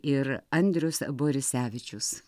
ir andrius borisevičius